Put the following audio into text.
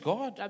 God